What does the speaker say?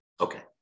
Okay